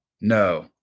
No